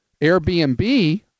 Airbnb